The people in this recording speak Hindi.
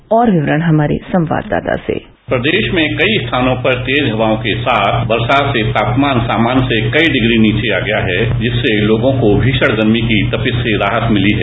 और विवरण हमारे संवाददाता से प्रदेष में कई स्थानों पर तेज हवाओं के साथ वर्शा से तापमान सामान्य से कई डिग्री नीचे आ गया है जिससे लोगों को भीशण गर्मी की तपिष से कुछ राहत मिली है